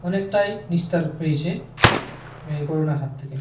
অনেকটাই নিস্তার পেয়েছে এই করোনার হাত থেকে